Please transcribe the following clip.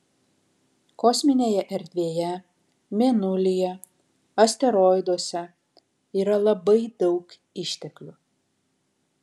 kosminėje erdvėje mėnulyje asteroiduose yra labai daug išteklių